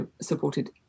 supported